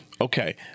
Okay